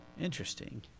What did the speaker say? Interesting